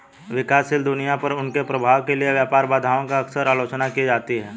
विकासशील दुनिया पर उनके प्रभाव के लिए व्यापार बाधाओं की अक्सर आलोचना की जाती है